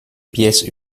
pièces